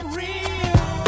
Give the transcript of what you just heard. real